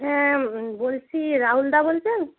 হ্যাঁ বলছি রাহুলদা বলছেন